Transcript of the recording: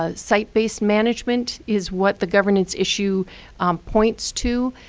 ah site-based management is what the governance issue points to.